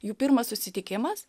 jų pirmas susitikimas